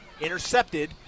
intercepted